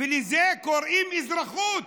ולזה קוראים אזרחות,